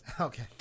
Okay